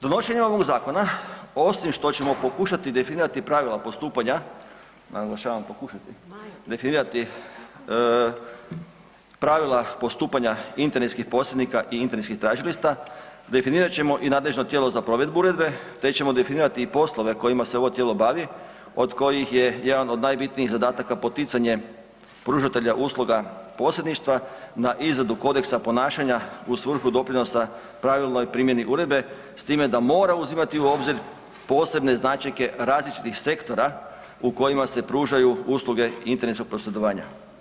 Donošenjem ovog zakona osim što ćemo pokušati definirati pravila postupanja, naglašavam pokušati definirati pravila postupanja i internetskih posrednika i internetskih tražilica definirat ćemo i nadležno tijelo za provedbu uredbe te ćemo definirati i poslove kojima se ovo tijelo bavi od kojih je jedan od najbitnijih zadataka poticanje pružatelja usluga posredništva na izradu kodeksa ponašanja u svrhu doprinosa pravilnoj primjeni uredbe s time da mora uzimati u obzir posebne značajke različitih sektora u kojima se pružaju usluge internetskog posredovanja.